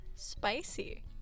spicy